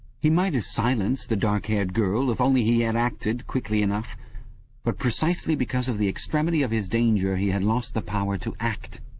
he might have silenced the dark-haired girl if only he had acted quickly enough but precisely because of the extremity of his danger he had lost the power to act.